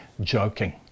joking